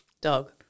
Dog